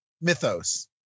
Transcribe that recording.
Mythos